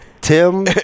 Tim